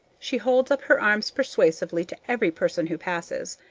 she holds up her arms persuasively to every person who passes.